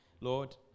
Lord